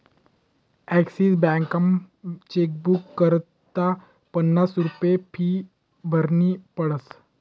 Axis बॅकमा chequebook करता पन्नास रुप्या फी भरनी पडस